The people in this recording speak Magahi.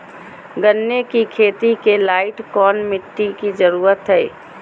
गन्ने की खेती के लाइट कौन मिट्टी की जरूरत है?